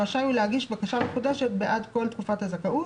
רשאי הוא להגיש בקשה מחודשת בעד כל תקופת הזכאות